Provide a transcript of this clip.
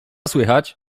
słychać